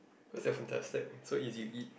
what's that fantastic so easy to eat